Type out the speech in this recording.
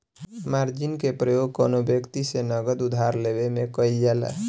margin के प्रयोग कौनो व्यक्ति से नगद उधार लेवे में कईल जाला